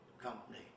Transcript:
company